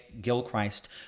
Gilchrist